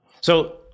So-